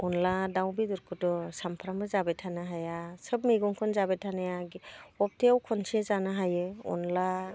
अनद्ला दाउ बेदरखौथ' सामफ्रामबो जाबाय थानो हाया सोब मैगंखौनो जाबाय थानाया हबथायाव खनसे जानो हायो अनद्ला